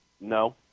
No